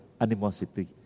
animosity